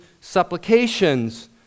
supplications